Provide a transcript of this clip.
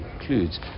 includes